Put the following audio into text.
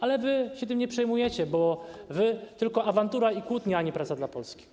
Ale wy się tym nie przejmujecie, bo wy - tylko awantura i kłótnia, a nie praca dla Polski.